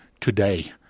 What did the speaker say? today